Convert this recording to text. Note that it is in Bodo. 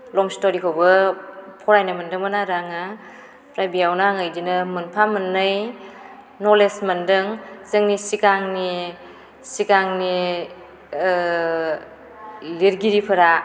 लं स्ट'रिखौबो फरायनो मोनदोंमोन आरो आङो ओमफ्राय बेयावनो आङो बिदिनो मोनफा मोन्नै नलेस मोनदों जोंनि सिगांनि सिगांनि लिरगिरिफोरा